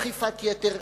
אולי אין אכיפת יתר,